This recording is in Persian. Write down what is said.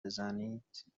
بزنید